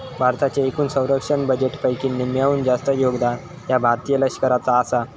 भारताच्या एकूण संरक्षण बजेटपैकी निम्म्याहून जास्त योगदान ह्या भारतीय लष्कराचा आसा